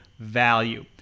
Value